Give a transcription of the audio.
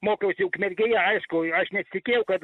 mokiausi ukmergėje aišku aš netikėjau kad